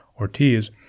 Ortiz